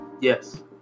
Yes